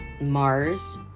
Mars